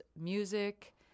music